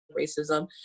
racism